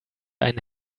einen